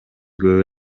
көп